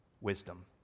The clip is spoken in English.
wisdom